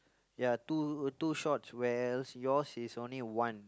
ya two two shorts where else yours is only one